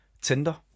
Tinder